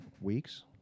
weeks